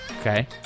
Okay